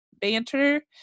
banter